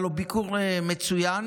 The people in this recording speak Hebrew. היה לו ביקור מצוין.